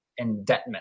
indentment